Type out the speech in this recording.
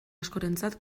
askorentzat